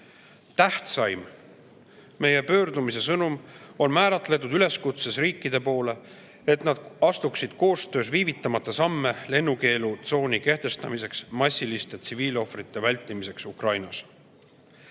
Tähtsaim meie pöördumise sõnum on määratletud üleskutses riikide poole, et nad astuksid koostöös viivitamata samme lennukeelutsooni kehtestamiseks massiliste tsiviilohvrite vältimiseks Ukrainas.